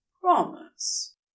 Promise